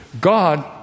God